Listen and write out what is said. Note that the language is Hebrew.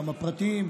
גם הפרטיים,